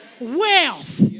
wealth